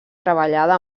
treballada